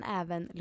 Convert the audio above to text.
även